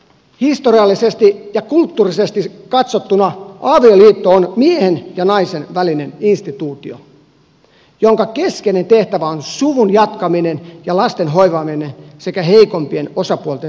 historiallisesti ja kulttuurisesti katsottuna avioliitto on miehen ja naisen välinen instituutio jonka keskeinen tehtävä on suvun jatkaminen ja lasten hoivaaminen sekä heikompien osapuolten suojelu